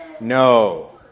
No